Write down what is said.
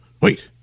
Wait